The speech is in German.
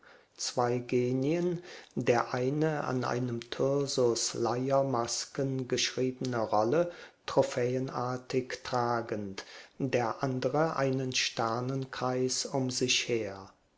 zwei genien der eine an einem thyrsus leier masken geschriebene rolle trophäenartig tragend der andere einen sternenkreis um sich her